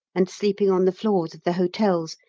and sleeping on the floors of the hotels,